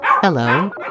Hello